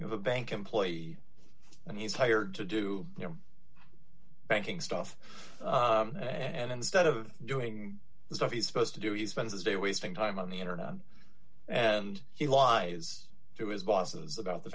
you have a bank employee and he's hired to do your banking stuff and instead of doing the stuff he's supposed to do he spends his day wasting time on the internet and he lies to his bosses about the